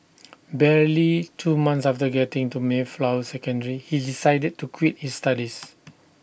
barely two months after getting into Mayflower secondary he decided to quit his studies